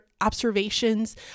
observations